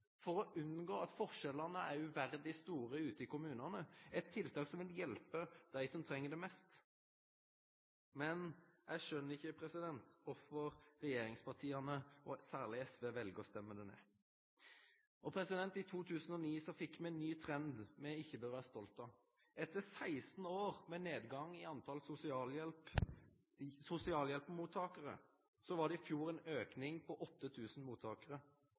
for å unngå at forskjellane er uverdig store ute i kommunane, eit tiltak som vil hjelpe dei som treng det mest. Men eg skjønar ikkje kvifor regjeringspartia, og særleg SV, vel å stemme det ned. I 2009 fekk me ein ny trend me ikkje bør vere stolte av. Etter 16 år med nedgang i talet på mottakarar av sosialhjelp var det i fjor ein auke på 8 000 mottakarar.